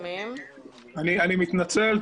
אני מתנצל.